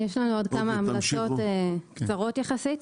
יש לנו עוד כמה המלצות קצרות יחסית.